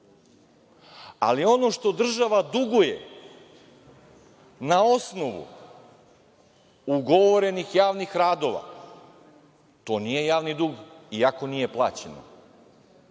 ali ono što država duguje na osnovu ugovorenih javnih radova, to nije javni dug, iako nije plaćeno,